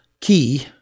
Key